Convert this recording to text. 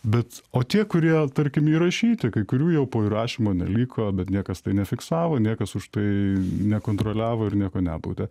bet o tie kurie tarkim įrašyti kai kurių jau po įrašymo neliko bet niekas tai nefiksavo niekas už tai nekontroliavo ir nieko nebaudė